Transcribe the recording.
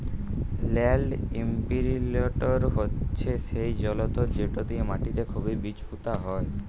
land ইমপিরিলটর হছে সেই জলতর্ যেট দিঁয়ে মাটিতে খুবই বীজ পুঁতা হয়